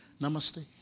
Namaste